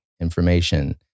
information